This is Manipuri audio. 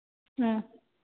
ꯑꯥ